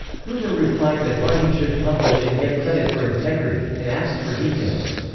hoover replied that harding should publish and get credit for integrity, and asked for details.